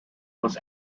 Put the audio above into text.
was